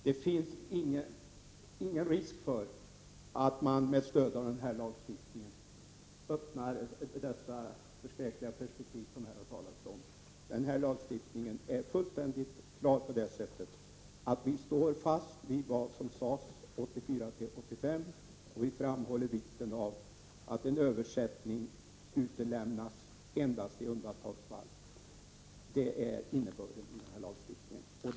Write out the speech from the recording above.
Det finns ingen risk för att man med stöd av denna lagstiftning öppnar de förskräckliga perspektiv som det här talades om. Denna lagstiftning är fullständigt klar på den punkten: Vi står fast vid vad som sades 1984/85, och vi framhåller vikten av att en översättning utelämnas endast i undantagsfall. Det är innebörden i denna lagstiftning.